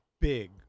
big